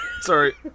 sorry